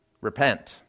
repent